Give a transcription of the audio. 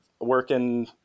working